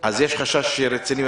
אז יש חשש רציני.